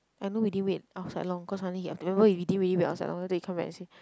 I know we didn't wait outside long cause suddenly he wait we never really wait outside long after he came back and said